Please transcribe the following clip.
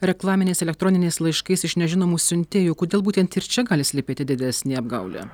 reklaminiais elektroniniais laiškais iš nežinomų siuntėjų kodėl būtent ir čia gali slypėti didesnė apgaulė